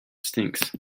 stinks